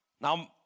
Now